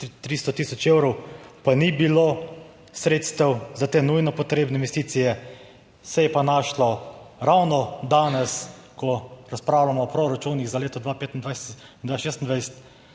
300 tisoč evrov, pa ni bilo sredstev za te nujno potrebne investicije. Se je pa našlo ravno danes, ko razpravljamo o proračunih za leto 2025/2026,